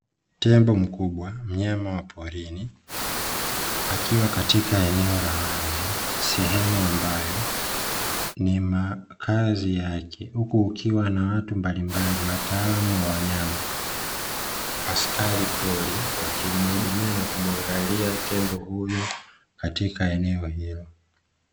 Tembo mkubwa mnyama wa porini akiwa katika eneo la wazi sehemu ambayo ni makazi yake, huku ukiwa na watu mbalimbali wataalamu wa wanyama askari pori wakimuhudumia na kumwangalia tembo huyu katika eneo hilo.